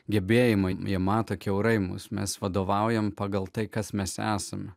gebėjimai jie mato kiaurai mus mes vadovaujame pagal tai kas mes esame